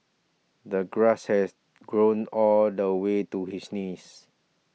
the grass has grown all the way to his knees